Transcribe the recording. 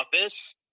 office